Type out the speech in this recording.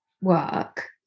work